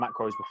macros